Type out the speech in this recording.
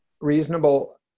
reasonable